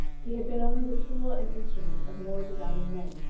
he had been only the tool and instrument of more designing men.